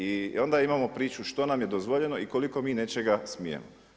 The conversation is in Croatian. I onda imamo priču što nam je dozvoljeno i koliko mi nečega smijemo.